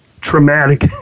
traumatic